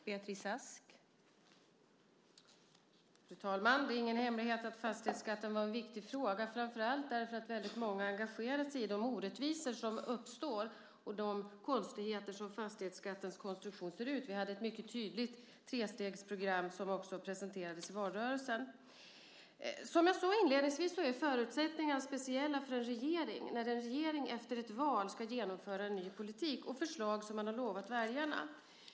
Fru talman! Det är ingen hemlighet att fastighetsskatten var en viktig fråga, framför allt därför att många engagerade sig i de orättvisor som uppstår och de konstigheter som beror på fastighetsskattens konstruktion. Vi hade ett mycket tydligt trestegsprogram som också presenterades i valrörelsen. Som jag sade inledningsvis är förutsättningarna speciella för en regering när den efter ett val ska genomföra en ny politik och förslag som man har lovat väljarna.